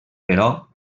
però